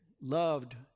loved